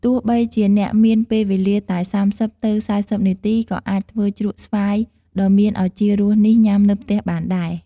ទោះបីជាអ្នកមានពេលវេលាតែ៣០ ទៅ៤០នាទីក៏អាចធ្វើជ្រក់ស្វាយដ៏មានឱជារសនេះញុំានៅផ្ទះបានដែរ។